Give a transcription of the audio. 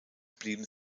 blieben